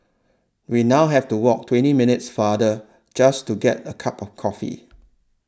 we now have to walk twenty minutes farther just to get a cup of coffee